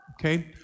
okay